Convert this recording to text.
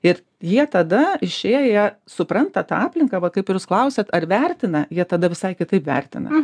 ir jie tada išėję supranta tą aplinką va kaip ir jūs klausiat ar vertina jie tada visai kitaip vertina